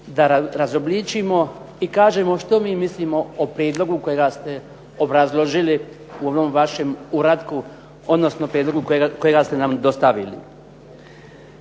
da razobličimo i kažemo što mi mislimo o prijedlogu kojega ste obrazložili u onom vašem uratku odnosno prijedlogu kojeg nam ste dostavili.